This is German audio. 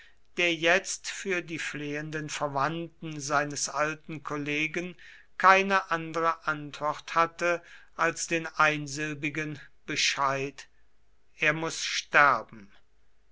der jetzt für die flehenden verwandten seines alten kollegen keine andere antwort hatte als den einsilbigen bescheid er muß sterben